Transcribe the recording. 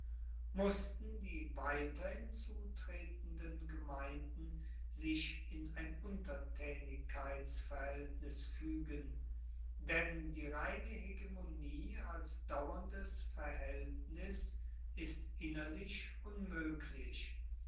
mussten die weiter hinzutretenden gemeinden sich in ein untertaenigkeitsverhaeltnis fuegen denn die reine hegemonie als dauerndes verhaeltnis ist innerlich unmoeglich